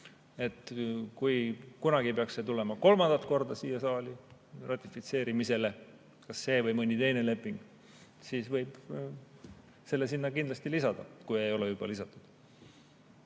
Kui kunagi peaks tulema kolmandat korda siia saali ratifitseerimisele see leping või tuleb mõni teine leping, siis võib selle sinna kindlasti lisada, kui ei ole juba lisatud.